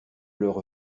leur